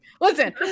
listen